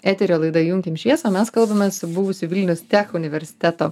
eterio laida įjunkim šviesą o mes kalbamės su buvusiu vilnius tech universiteto